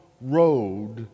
road